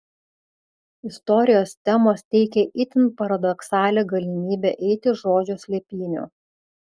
istorijos temos teikė itin paradoksalią galimybę eiti žodžio slėpynių